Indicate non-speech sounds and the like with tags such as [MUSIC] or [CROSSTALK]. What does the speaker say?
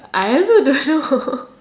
I also don't know [LAUGHS]